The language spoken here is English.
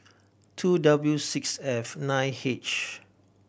two W six F nine H